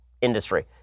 industry